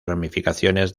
ramificaciones